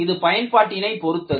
இது பயன்பாட்டினை பொருத்தது